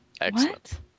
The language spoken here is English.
Excellent